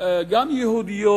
גם יהודיות,